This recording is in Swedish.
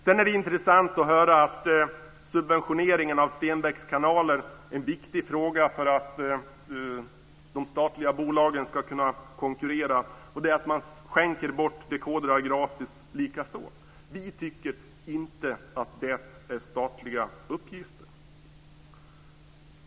Sedan är det intressant att höra att subventioneringen av Stenbecks kanaler är en viktig fråga för att de statliga bolagen ska kunna konkurrera. Likaså att man skänker bort dekodrar. Vi tycker inte att det är statliga uppgifter.